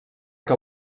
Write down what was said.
que